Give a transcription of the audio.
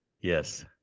Yes